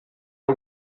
y’u